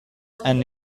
and